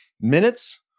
minutes